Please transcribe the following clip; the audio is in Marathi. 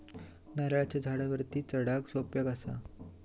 नारळाच्या झाडावरती चडाक सोप्या कसा?